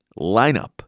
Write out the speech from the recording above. lineup